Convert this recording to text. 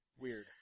weird